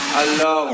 Hello